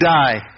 die